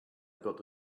built